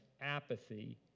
apathy